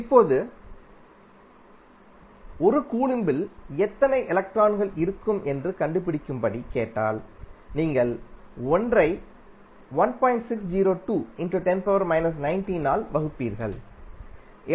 இப்போது 1 கூலொம்பில் எத்தனை எலக்ட்ரான்கள் இருக்கும் என்று கண்டுபிடிக்கும்படி கேட்டால்நீங்கள் 1 ஐ ஆல் வகுப்பீர்கள்